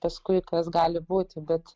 paskui kas gali būti bet